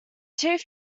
chief